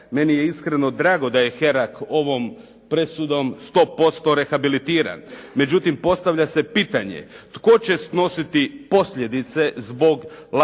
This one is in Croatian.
Meni je iskreno drago da je Herak ovom presudom 100% rehabilitiran. Međutim, postavlja se pitanje tko će snositi posljedice zbog lakoće